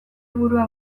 burua